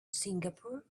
singapore